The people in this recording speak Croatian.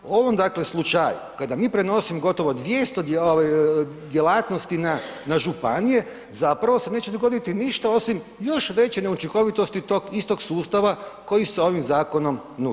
U ovom dakle slučaju, kada mi prenosimo gotovo 200 djelatnosti na županije, zapravo se neće dogoditi ništa osim još veće neučinkovitosti tog istog sustava koji se ovim zakonom nudi.